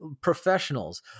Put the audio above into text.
professionals